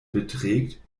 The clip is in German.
beträgt